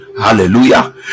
hallelujah